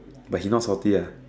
but he not salty ah